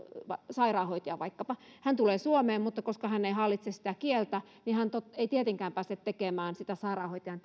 sairaanhoitaja vaikkapa ja hän tulee suomeen mutta koska hän ei hallitse kieltä niin hän ei tietenkään pääse tekemään sitä sairaanhoitajan